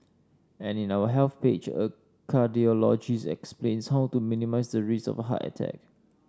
and in our Health page a cardiologist explains how to minimise the risk of a heart attack